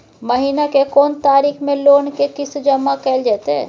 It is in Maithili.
महीना के कोन तारीख मे लोन के किस्त जमा कैल जेतै?